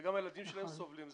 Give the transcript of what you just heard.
וגם הילדים שלהם סובלים.